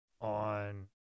on